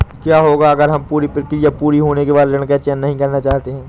क्या होगा अगर हम पूरी प्रक्रिया पूरी होने के बाद ऋण का चयन नहीं करना चाहते हैं?